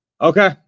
Okay